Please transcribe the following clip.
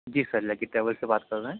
جی sir Lucky Travel سے بات کر رہے ہیں